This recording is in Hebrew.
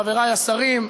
חברי השרים,